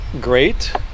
great